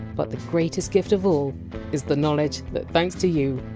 but the greatest gift of all is the knowledge that thanks to you,